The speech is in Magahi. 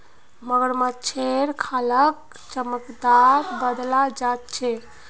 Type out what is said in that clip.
मगरमच्छेर खालक चमड़ात बदलाल जा छेक